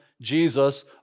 Jesus